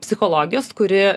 psichologijos kuri